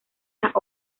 las